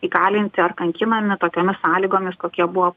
įkalinti ar kankinami tokiomis sąlygomis kokie buvo